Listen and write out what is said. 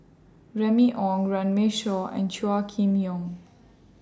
Remy Ong Runme Shaw and Chua Kim Yeow